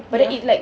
ya